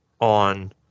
on